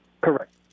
Correct